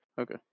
okay